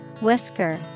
Whisker